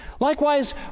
Likewise